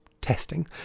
testing